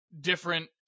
different